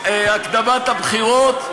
הקדמת הבחירות,